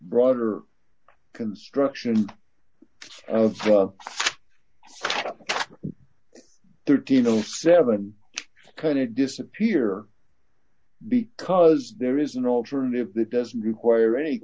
broader construction of thirteen or seven could it disappear because there is an alternative that doesn't require any